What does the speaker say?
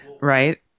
right